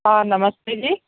हाँ नमस्ते जी